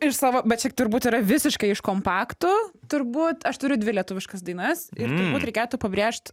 iš savo bet čia turbūt yra visiškai iš kompaktų turbūt aš turiu dvi lietuviškas dainas ir turbūt reikėtų pabrėžt